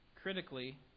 critically